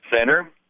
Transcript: Center